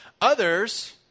Others